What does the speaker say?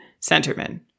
centerman